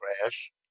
crash